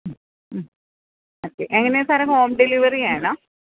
ഉം ഉം ഓക്കെ എങ്ങനെയാണ് സാറെ ഹോം ഡെലിവറിയാണോ